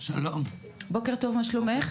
בוקר טוב, מה שלומך?